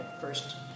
first